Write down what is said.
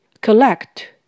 Collect